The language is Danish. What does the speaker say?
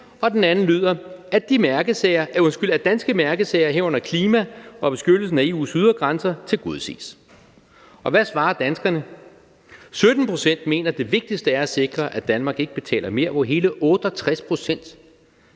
Og den anden mulighed lyder: at danske mærkesager, herunder klima og beskyttelse af EU's ydre grænser, tilgodeses. Og hvad svarer danskerne? 17 pct. mener, at det vigtigste er at sikre, at Danmark ikke betaler mere, mens hele 68 pct.